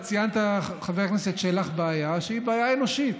אתה ציינת, חבר הכנסת שלח, בעיה שהיא בעיה אנושית,